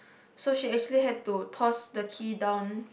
so she actually had to toss the key down